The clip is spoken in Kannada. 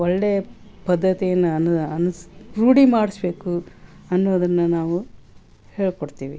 ಒಳ್ಳೆಯ ಪದ್ಧತಿಯನ್ನು ಅನುಸ್ ರೂಢಿ ಮಾಡಿಸ್ಬೇಕು ಅನ್ನೋದನ್ನು ನಾವು ಹೇಳಿಕೊಡ್ತೀವಿ